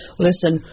listen